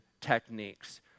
techniques